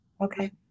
Okay